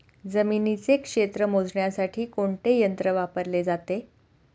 जमिनीचे क्षेत्र मोजण्यासाठी कोणते यंत्र वापरले जाते?